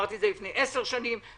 אמרתי את זה לפני עשר שנים,